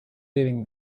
doing